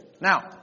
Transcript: Now